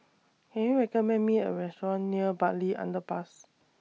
Can YOU recommend Me A Restaurant near Bartley Underpass